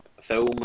Film